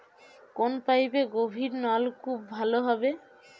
কোন পাইপে গভিরনলকুপ ভালো হবে?